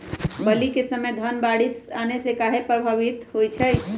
बली क समय धन बारिस आने से कहे पभवित होई छई?